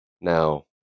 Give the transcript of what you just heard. Now